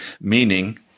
meaning